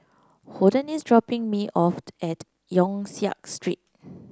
Holden is dropping me off at Yong Siak Street